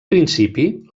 principi